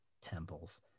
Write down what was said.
temples